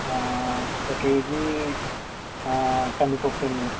ఒక కేజీ కందిపప్పు అండి